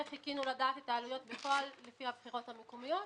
חיכינו לדעת את העלויות בפועל לפי הבחירות המקומיות,